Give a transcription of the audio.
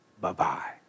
Bye-bye